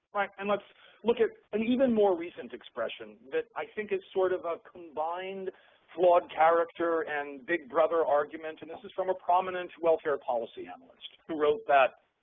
right. and let's look at an even more recent expression that i think is sort of a combined flawed character and big brother argument, and this is from a prominent welfare policy analyst who wrote that